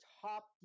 top